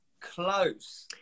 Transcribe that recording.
close